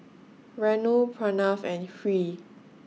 Renu Pranav and Hri